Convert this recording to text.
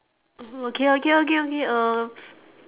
mmhmm okay okay okay okay um